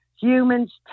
humans